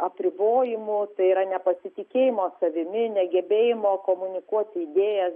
apribojimų tai yra nepasitikėjimo savimi negebėjimo komunikuoti idėjas